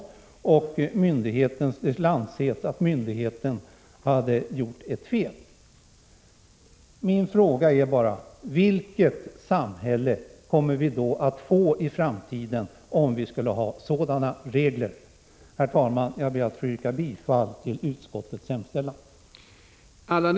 Det skulle alltså anses att myndigheten hade gjort ett fel. Min fråga är: Vilket samhälle kommer vi att få i framtiden om vi skulle ha sådana regler? Herr talman! Jag ber att få yrka bifall till utskottets hemställan.